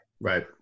Right